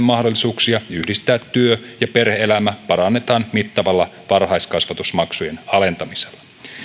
mahdollisuuksia yhdistää työ ja perhe elämä parannetaan mittavalla varhaiskasvatusmaksujen alentamisella